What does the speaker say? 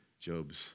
Job's